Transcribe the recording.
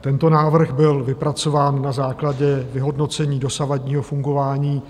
Tento návrh byl vypracován na základě vyhodnocení dosavadního fungování